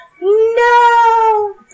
No